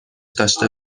داشته